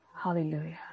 Hallelujah